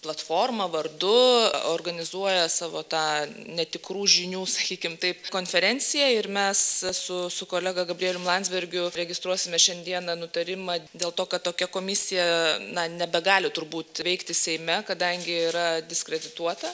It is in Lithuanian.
platforma vardu organizuoja savo tą netikrų žinių sakykim taip konferenciją ir mes su su kolega gabrielium landsbergiu registruosime šiandieną nutarimą dėl to kad tokia komisija na nebegali turbūt veikti seime kadangi yra diskredituota